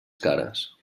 cares